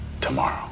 tomorrow